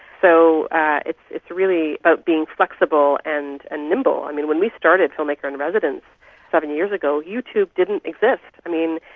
so it's really about being flexible and ah nimble. i mean, when we started filmmaker in residence seven years ago, youtube didn't exist. i mean,